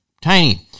tiny